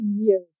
years